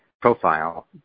profile